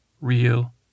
real